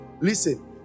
Listen